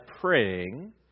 praying